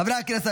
חברי הכנסת,